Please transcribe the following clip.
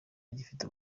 agifite